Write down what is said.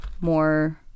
more